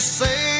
say